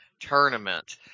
tournament